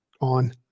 on